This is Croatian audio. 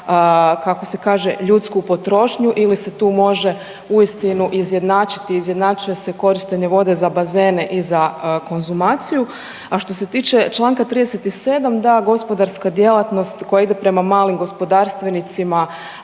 kako se kaže ljudski potrošnju ili se tu može uistinu izjednačiti i izjednačuje se korištenje vode za bazene i za konzumaciju? A što se tiče čl. 37., da, gospodarska djelatnost koja ide prema malim gospodarstvenicima